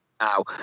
now